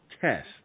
test